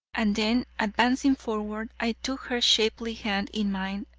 and then, advancing forward, i took her shapely hand in mine,